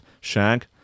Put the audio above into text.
shag